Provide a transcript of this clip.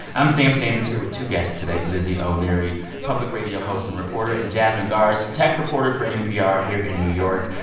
i'm sam sanders here with two guests today lizzie o'leary, public radio host and reporter, and jasmine garsd, tech reporter for npr here in new york.